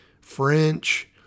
French